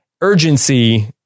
urgency